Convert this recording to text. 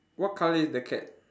what colour is the cat